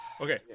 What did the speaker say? Okay